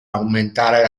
aumentare